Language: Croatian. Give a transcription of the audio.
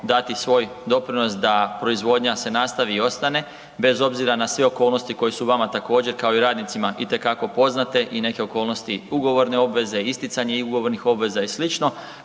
dati svoj doprinos da proizvodnja se nastavi i ostane bez obzira na sve okolnosti koje su vama također kao i radnicima itekako poznate i neke okolnosti, ugovorne obveze, isticanje ugovornih obveza i sl.,